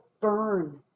burn